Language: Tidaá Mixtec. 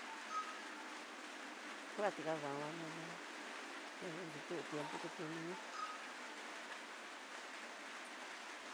Kuatikadama inakanitu tiempo kutunuña.